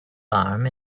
alarm